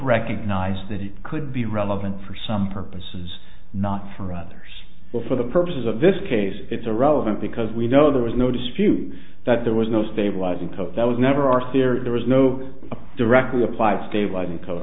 recognize that it could be relevant for some purposes not for others but for the purposes of this case it's irrelevant because we know there was no dispute that there was no stabilizing thought that was never our spirit there was no directly applied stabilizing code